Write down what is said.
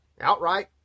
outright